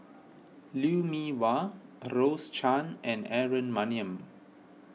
Lou Mee Wah Rose Chan and Aaron Maniam